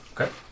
Okay